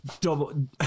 Double